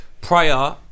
prior